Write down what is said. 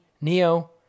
Neo